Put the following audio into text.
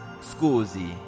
scusi